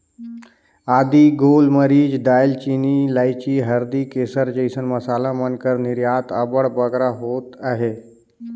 आदी, गोल मरीच, दाएल चीनी, लाइची, हरदी, केसर जइसन मसाला मन कर निरयात अब्बड़ बगरा होत अहे